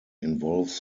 involves